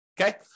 Okay